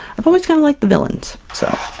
i've always kind of liked the villains! so,